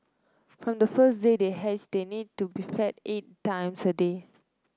from the first day they hatch they need to be fed eight times a day